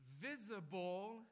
visible